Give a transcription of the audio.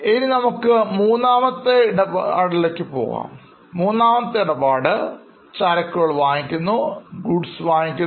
ഇനി നമ്മൾക്ക് മൂന്നാമത്തെ ഇടപാടിലേക്ക് പോകാം മൂന്നാമത്തെ ഇടപാട് ചരക്കുകൾ വാങ്ങുന്നു